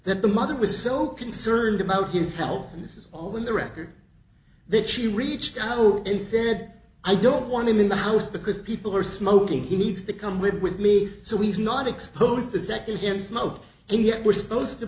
that the mother was so concerned about his health and this is all in the record that she reached out and said i don't want him in the house because people are smoking he needs to come live with me so we are not exposed to secondhand smoke and yet we're supposed to